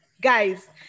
guys